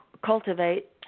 cultivate